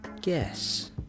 Guess